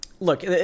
Look